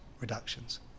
reductions